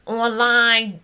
online